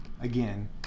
Again